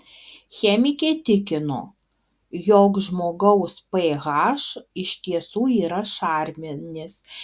chemikė tikino jog žmogaus ph iš tiesų yra šarminis